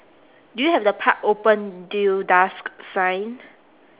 do you have the park open till dusk sign